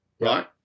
Right